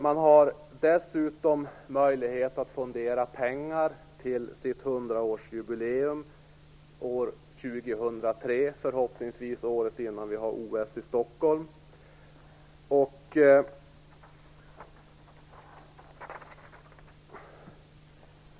Man har dessutom möjlighet att fondera pengar till sitt hundraårsjubileum år 2003, förhoppningsvis året innan vi har OS i Stockholm.